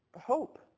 hope